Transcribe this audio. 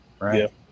right